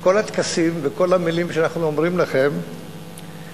שכל הטקסים וכל המלים שאנחנו אומרים לכם הם